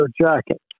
jacket